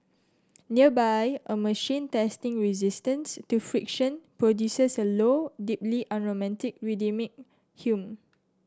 nearby a machine testing resistance to friction produces a low deeply unromantic rhythmic hum